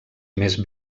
més